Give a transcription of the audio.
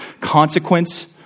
consequence